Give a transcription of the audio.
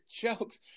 jokes